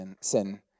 sin